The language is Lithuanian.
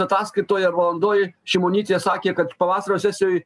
ataskaitoj ir valandoj šimonytė sakė kad pavasario sesijoj